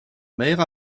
mère